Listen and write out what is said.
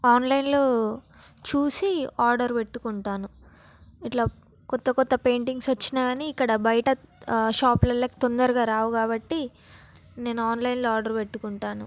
ఆన్లైన్లో చూసి ఆర్డర్ పెట్టుకుంటాను ఇలా కొత్త కొత్త పెయింటింగ్స్ వచ్చినా కానీ ఇక్కడ బయట షాప్లలోకి తొందరగా రావు కాబట్టి నేను ఆన్లైన్లో ఆర్డర్ పెట్టుకుంటాను